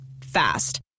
Fast